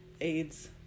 AIDS